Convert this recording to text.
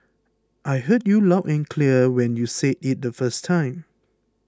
I heard you loud and clear when you said it the first time